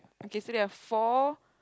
okay so there are four